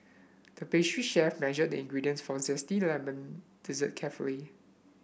the pastry chef measured the ingredients for a zesty lemon dessert carefully